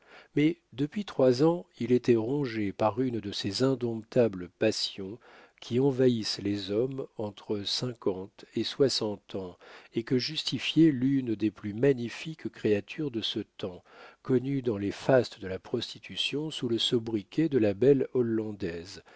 mais depuis trois ans il était rongé par une de ces indomptables passions qui envahissent les hommes entre cinquante et soixante ans et que justifiait l'une des plus magnifiques créatures de ce temps connue dans les fastes de la prostitution sous le sobriquet de la belle hollandaise